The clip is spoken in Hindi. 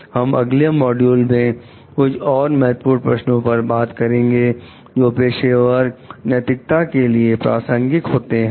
हम अगले मॉड्यूल में कुछ और महत्वपूर्ण प्रश्नों पर बात करेंगे जो पेशेवर नैतिकता के लिए प्रासंगिक होंगे